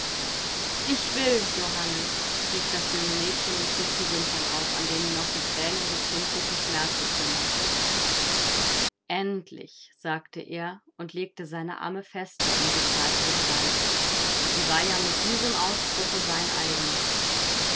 ich will johannes rief das junge mädchen und schlug die wimpern auf an denen noch die thränen des kindlichen schmerzes hingen endlich sagte er und legte seine arme fester um die zarte gestalt sie war ja mit diesem ausspruche sein eigen